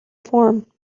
form